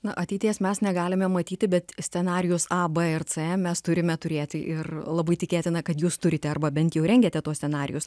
na ateities mes negalime matyti bet scenarijus a b ir c mes turime turėti ir labai tikėtina kad jūs turite arba bent jau rengiate tuos scenarijus